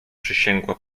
przysięgła